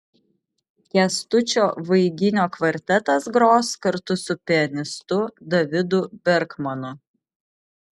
kęstučio vaiginio kvartetas gros kartu su pianistu davidu berkmanu